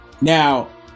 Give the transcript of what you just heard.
Now